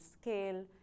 scale